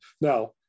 Now